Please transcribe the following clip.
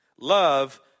Love